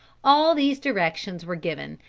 all these directions were given,